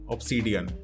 Obsidian